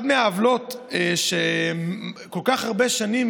אחד מהעוולות היא שכל כך הרבה שנים,